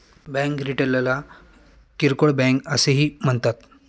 bank रिटेलला किरकोळ bank असेही म्हणतात